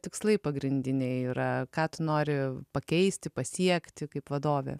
tikslai pagrindiniai yra ką tu nori pakeisti pasiekti kaip vadovė